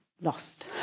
lost